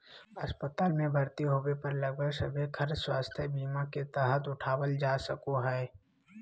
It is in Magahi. अस्पताल मे भर्ती होबे पर लगभग सभे खर्च स्वास्थ्य बीमा के तहत उठावल जा सको हय